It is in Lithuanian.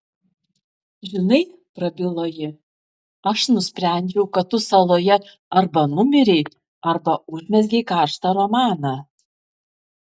žinai prabilo ji aš nusprendžiau kad tu saloje arba numirei arba užmezgei karštą romaną